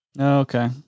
Okay